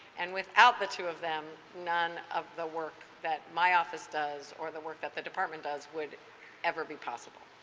and without the two of them, none of the work that my office does or the work that the department does would ever be possible.